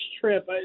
trip